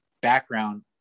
background